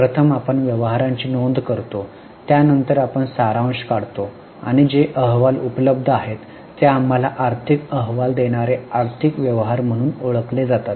प्रथम आपण व्यवहारांची नोंद करतो त्यानंतर आपण सारांश काढतो आणि जे अहवाल उपलब्ध आहेत ते आम्हाला आर्थिक अहवाल देणारे आर्थिक व्यवहार म्हणून ओळखले जातात